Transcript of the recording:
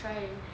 should try eh